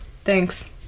Thanks